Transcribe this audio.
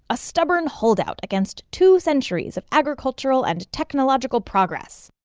a stubborn holdout against two centuries of agricultural and technological progress,